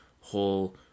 whole